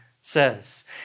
says